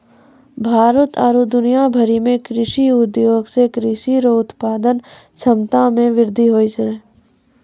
भारत आरु दुनिया भरि मे कृषि उद्योग से कृषि रो उत्पादन क्षमता मे वृद्धि होलै